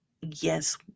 Yes